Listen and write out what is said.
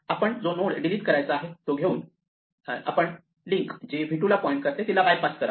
आपण जो node delete करायचा आहे तो घेऊन आपण लिंक जी v 2 ला पॉईंट करते तिला बायपास करावे